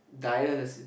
dialysis